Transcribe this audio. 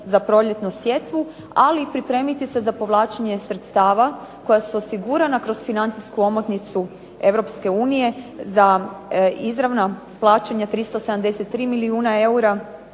za proljetnu sjetvu ali i pripremiti se za povlačenje sredstava koja su osigurana kroz financijsku omotnicu Europske unije za izravna plaćanja 373 milijuna eura